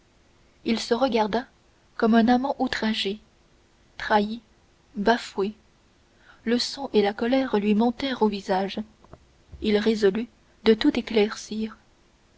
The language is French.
il se regarda comme un amant outragé trahi bafoué le sang et la colère lui montèrent au visage il résolut de tout éclaircir